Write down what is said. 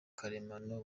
karemano